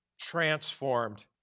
transformed